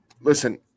listen